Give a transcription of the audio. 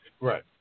Right